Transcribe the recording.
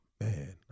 Man